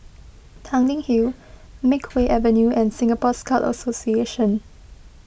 Tanglin Hill Makeway Avenue and Singapore Scout Association